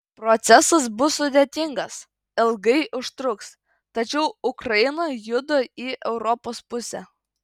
procesas bus sudėtingas ilgai užtruks tačiau ukraina juda į europos pusę